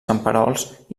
camperols